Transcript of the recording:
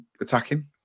attacking